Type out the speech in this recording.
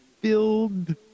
filled